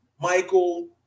Michael